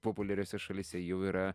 populiariose šalyse jau yra